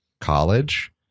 college